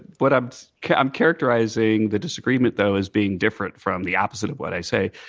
but i'm i'm characterizing the disagreement, though, as being different from the opposite of what i say.